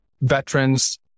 veterans